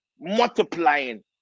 multiplying